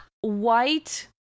white